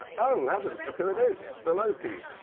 and oh heavens, look who it is! it's phil oakey.